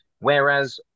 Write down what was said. Whereas